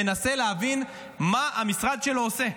מנסה להבין מה המשרד שלו עושה.